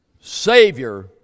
Savior